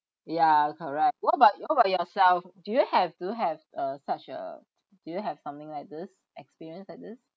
ya correct what about you what about yourself do you have do you have uh such uh do you have something like this experience like this